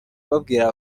babwira